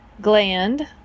gland